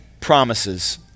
promises